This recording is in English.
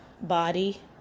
body